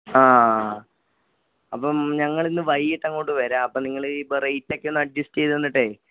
ആ അപ്പം ഞങ്ങൾ ഇന്ന് വൈകിട്ടങ്ങോട്ട് വരാം അപ്പം നിങ്ങൾ ഇപ്പം റേറ്റൊക്കെ ഒന്ന് അഡ്ജസ്റ്റ് ചെയ്ത് തന്നിട്ട്